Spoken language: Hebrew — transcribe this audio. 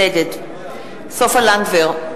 נגד סופה לנדבר,